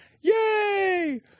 yay